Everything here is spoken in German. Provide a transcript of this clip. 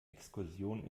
exkursion